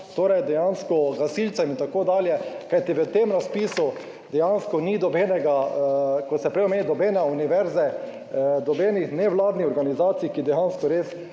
torej dejansko gasilcem, itd., kajti v tem razpisu dejansko ni nobenega, kot sem prej omenil, nobene univerze, nobenih nevladnih organizacij, ki dejansko res